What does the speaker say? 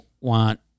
want